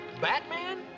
Batman